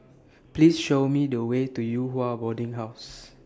Please Show Me The Way to Yew Hua Boarding House